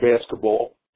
basketball